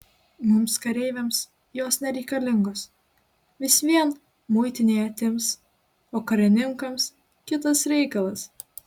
mums kareiviams jos nereikalingos vis vien muitinėje atims o karininkams kitas reikalas